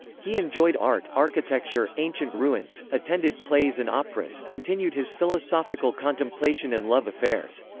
he enjoyed art, architecture, ancient ruins, attended plays and operas, continued his philosophical contemplation and love affairs.